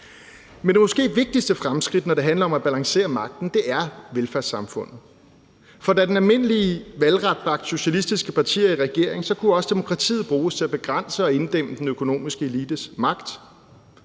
Men det måske vigtigste fremskridt, når det handler om at balancere magten, er velfærdssamfundet, for da den almindelige valgret bragte socialistiske partier i regering, så kunne også demokratiet bruges til at begrænse og inddæmme den økonomiske elites magt.